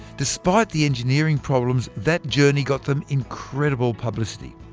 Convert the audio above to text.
despite the engineering problems, that journey got them incredible publicity.